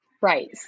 Right